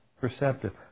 perceptive